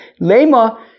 Lema